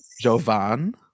Jovan